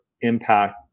impact